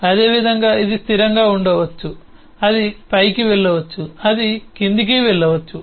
అదేవిధంగా ఇది స్థిరంగా ఉండవచ్చు అది పైకి వెళ్ళవచ్చు అది క్రిందికి వెళ్ళవచ్చు